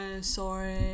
sorry